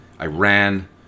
Iran